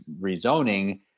rezoning